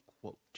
quote